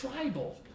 tribal